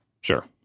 Sure